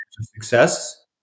success